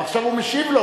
עכשיו הוא משיב לו,